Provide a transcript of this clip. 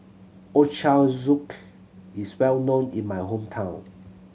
Ochazuke is well known in my hometown